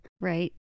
right